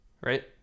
right